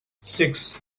six